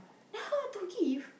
tell her to give